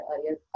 earlier